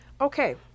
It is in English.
Okay